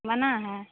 बना है